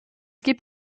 gibt